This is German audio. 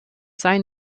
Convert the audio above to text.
seien